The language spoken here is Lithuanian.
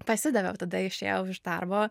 pasidaviau tada išėjau iš darbo